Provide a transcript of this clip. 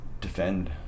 defend